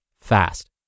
fast